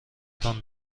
تان